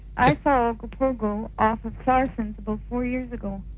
i saw ogopogo off of clarsen four years ago.